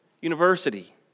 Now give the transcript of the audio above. university